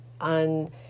on